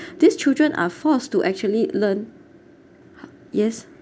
these children are forced to actually learn yes